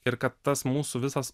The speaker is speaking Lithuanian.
ir kad tas mūsų visas